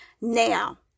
now